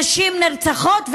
נשים נרצחות,